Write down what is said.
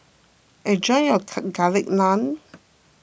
enjoy your Garlic Naan